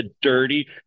dirty